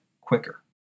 quicker